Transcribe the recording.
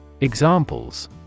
Examples